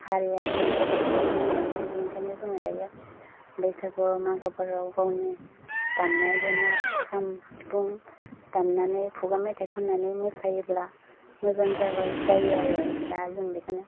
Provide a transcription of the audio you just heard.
हारिया जोंनि बर' हारिया गोमालांगोन बिनिखायनो जोङो दायो बैसागु मागोफोराव गावनि दामनाय देनाय खाम सिफुं दामनानै खुगा मेथाइ खन्नानै मोसायोब्ला मोजां जाबाय जायो आरो दा जों बेखौनो